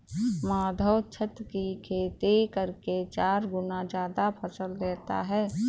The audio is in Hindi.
माधव छत की खेती करके चार गुना ज्यादा फसल लेता है